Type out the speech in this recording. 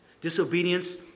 Disobedience